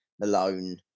Malone